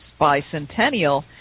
bicentennial